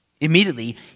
Immediately